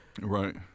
right